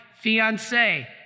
fiance